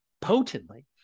potently